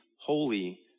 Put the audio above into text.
Holy